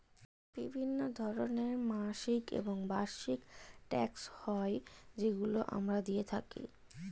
বিভিন্ন ধরনের মাসিক এবং বার্ষিক ট্যাক্স হয় যেগুলো আমরা দিয়ে থাকি